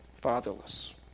fatherless